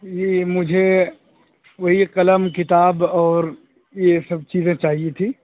یہ مجھے وہی قلم کتاب اور یہ سب چیزیں چاہیے تھیں